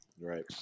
Right